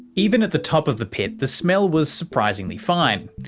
even at the top of the pit, the smell was surprisingly fine.